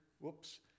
whoops